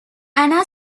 anna